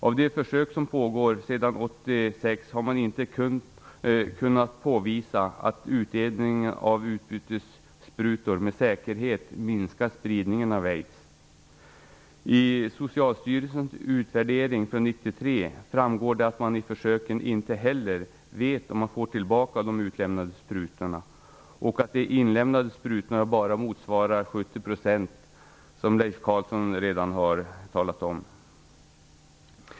Av de försök som har pågått sedan 1986 har man inte kunna påvisa att utdelningen av utbytessprutor med säkerhet har minskat spridningen av aids. I Socialstyrelsens utvärdering från 1993 framgår det att man i försöken inte heller vet om man får tillbaka de utlämnade sprutorna och att de inlämnade sprutorna bara motsvarar ca 70 % av de utdelade, vilket Leif Carlson redan har talat om.